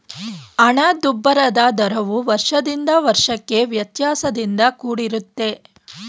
ಹಣದುಬ್ಬರದ ದರವು ವರ್ಷದಿಂದ ವರ್ಷಕ್ಕೆ ವ್ಯತ್ಯಾಸದಿಂದ ಕೂಡಿರುತ್ತೆ